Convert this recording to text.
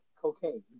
cocaine